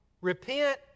Repent